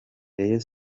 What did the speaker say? rayon